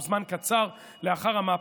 זמן קצר לאחר המהפך,